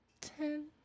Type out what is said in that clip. Ten